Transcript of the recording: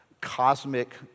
cosmic